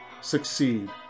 succeed